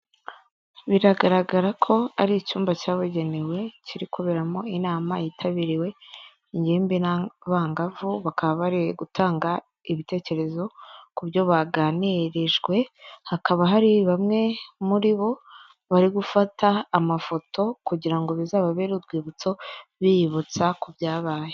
Biragaragara ko ari icyumba cyabugenewe kiri kuberamo inama yitabiriwe ingimbi n'abangavu, bakaba bari gutanga ibitekerezo ku byo baganirijwe, hakaba hari bamwe muri bo bari gufata amafoto kugira ngo bizababere urwibutso, biyibutsa ku byabaye.